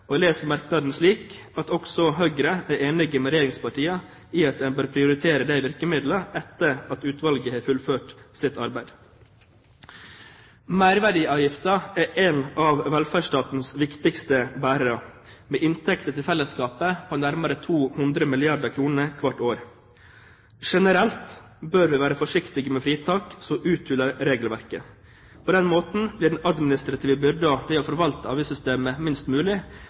Jeg leser merknaden slik at også Høyre er enig med regjeringspartiene i at en bør prioritere de virkemidlene etter at utvalget har fullført sitt arbeid. Merverdiavgiften er en av velferdsstatens viktigste bærere, med inntekter til fellesskapet på nærmere 200 milliarder kr hvert år. Generelt bør vi være forsiktige med fritak som uthuler regelverket. På den måten blir den administrative byrden ved å forvalte avgiftssystemet mist mulig,